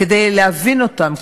כדי להבין אותם,